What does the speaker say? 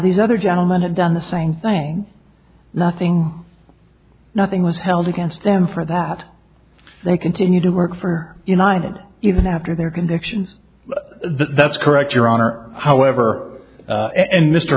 these other gentleman had done the same thing nothing nothing was held against him for that they continued to work for united even after their conviction that's correct your honor however and mr